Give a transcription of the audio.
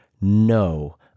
no